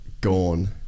gone